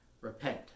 repent